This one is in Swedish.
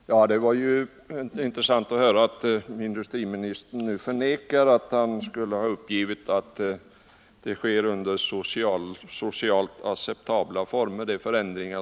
Herr talman! Det var ju intressant att höra att industriministern nu förnekar att han skulle ha uppgivit att de förändringar som är på gång sker under socialt acceptabla former.